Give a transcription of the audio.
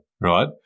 right